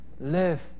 live